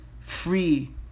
free